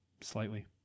Slightly